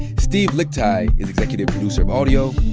steve lickteig is executive producer of audio.